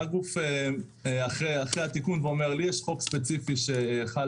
בא גוף אחרי התיקון שאומר: לי יש חוק ספציפי שחל